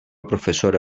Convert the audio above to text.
professora